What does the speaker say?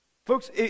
Folks